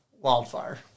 wildfire